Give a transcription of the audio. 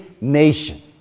nation